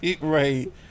Right